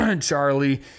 Charlie